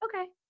okay